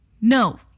No